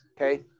Okay